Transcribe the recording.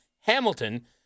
Hamilton